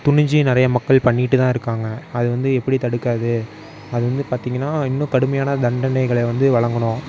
துணிஞ்சு நிறைய மக்கள் பண்ணிகிட்டுதான் இருக்காங்க அதை வந்து எப்படி தடுக்கறது அது வந்து பார்த்தீங்கன்னா இன்னும் கடுமையான தண்டனைகளை வந்து வழங்கணும்